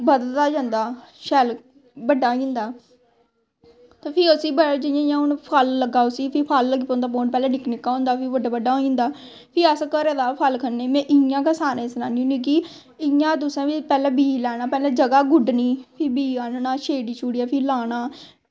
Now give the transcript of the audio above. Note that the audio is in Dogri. बधदा जंदा शैल बड्डा होई जंदा ते फ्ही उसी जियां जियां फल लग्गै उसी फ्ही लगी पौंदा पौंन पैह्लैं निक्का निक्का होंदा फ्ही बड्डा बड्डा होई जंदा फ्ही अस घरे दा फल खन्ने में इयां गै सारें गी सनान्नी होन्नी कि इयां तुसैं बी पैह्लैं बीऽ लैना पैह्लैं जगह गुड्डनी फ्ही बीऽ आह्नना सेड़ी सूड़ियै फ्ही लाना